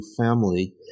family